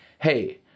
hey